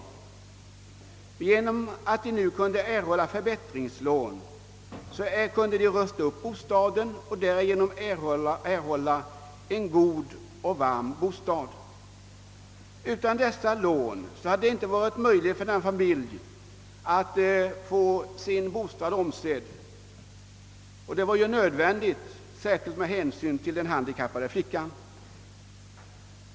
Tack vare att man nu kunde erhålla förbättringslån och rusta upp bostaden fick man en varm och god bostad. Utan förbättringslånet hade det inte varit möjligt för familjen att iståndsätta sin bostad, vilket var nödvändigt särskilt med hänsyn till den handikappade flickan.